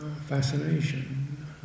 fascination